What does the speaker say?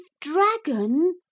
dragon